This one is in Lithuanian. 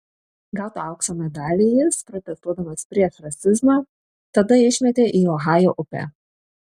gautą aukso medalį jis protestuodamas prieš rasizmą tada išmetė į ohajo upę